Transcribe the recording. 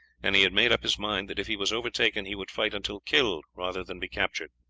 and he had made up his mind that if he was overtaken he would fight until killed rather than be captured.